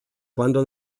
quando